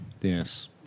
Yes